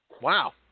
Wow